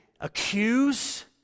accuse